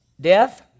Death